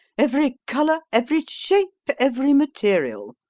every colour, every shape, every material.